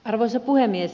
arvoisa puhemies